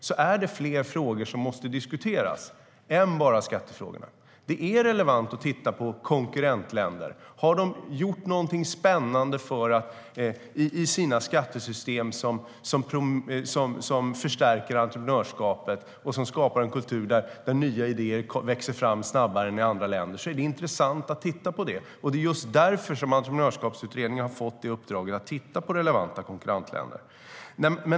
Det är fler frågor som måste diskuteras än bara skattefrågorna. Det är relevant att titta på konkurrentländer. Har de gjort någonting spännande i sina skattesystem som förstärker entreprenörskapet och skapar en kultur där nya idéer växer fram snabbare än i andra länder är det intressant att titta på det. Det är just därför som Entreprenörskapsutredningen har fått uppdraget att titta på relevanta konkurrentländer.